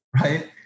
right